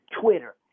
Twitter